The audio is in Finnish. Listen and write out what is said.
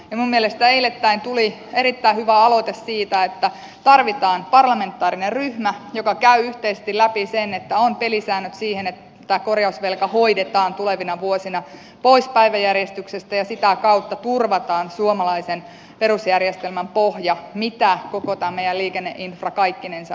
minun mielestäni eilettäin tuli erittäin hyvä aloite siitä että tarvitaan parlamentaarinen ryhmä joka käy yhteisesti läpi sen että on pelisäännöt siihen että korjausvelka hoidetaan tulevina vuosina pois päiväjärjestyksestä ja sitä kautta turvataan suomalaisen perusjärjestelmän pohja mitä koko tämä meidän liikenneinfra kaikkinensa on